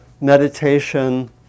meditation